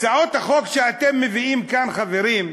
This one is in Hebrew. הצעות החוק שאתם מביאים כאן, חברים,